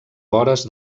vores